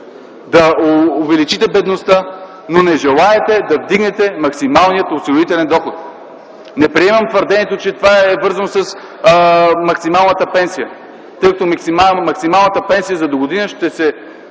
да увеличите бедността, но не желаете да вдигнете максималния осигурителен доход! Не приемам твърдението, че това е вързано с максималната пенсия, тъй като максималната пенсия за догодина ще